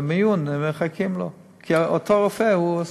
במיון מחכים לו, כי אותו רופא הוא עסוק.